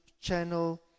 channel